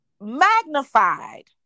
magnified